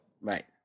Right